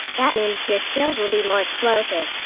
that means, your skills will be more explosive.